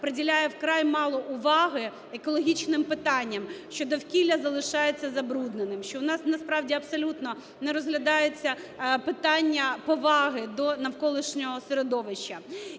приділяє вкрай мало уваги екологічним питанням, що довкілля залишається забрудненим, що в нас насправді абсолютно не розглядаються питання поваги до навколишнього середовища.